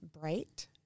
bright